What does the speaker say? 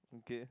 okay